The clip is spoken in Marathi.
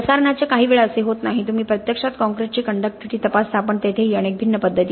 प्रसरणाचे काहीवेळा असे होत नाही तुम्ही प्रत्यक्षात काँक्रीटची कंडक्टीव्हिटी तपासता पण तेथेही अनेक भिन्न पद्धती आहेत